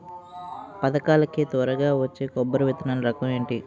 పథకాల కి త్వరగా వచ్చే కొబ్బరి విత్తనాలు రకం ఏంటి?